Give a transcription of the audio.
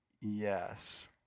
yes